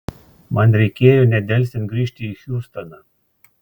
man reikėjo nedelsiant grįžti į hjustoną